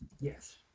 yes